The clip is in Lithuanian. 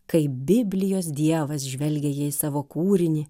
kaip biblijos dievas žvelgė jie į savo kūrinį